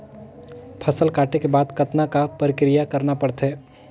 फसल काटे के बाद कतना क प्रक्रिया करना पड़थे?